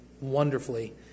wonderfully